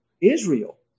israel